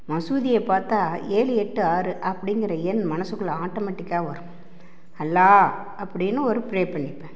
மசூதியை பார்த்தா ஏழு எட்டு ஆறு அப்படிங்கிற எண் மனசுக்குள்ளே ஆட்டோமேட்டிக்கா வரும் அல்லா அப்படின்னு ஒரு பிரே பண்ணிப்பேன்